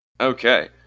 Okay